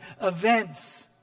events